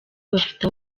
bafite